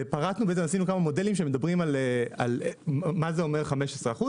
ופרטנו כמה מודלים שמדברים על מה זה אומר 15%,